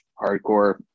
hardcore